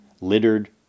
littered